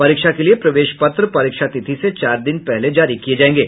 परीक्षा के लिए प्रवेश पत्र परीक्षा तिथि से चार दिन पहले जारी किए जायेंगे